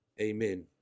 Amen